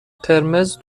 قرمز